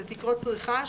זה תקרות צריכה,